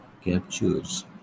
captures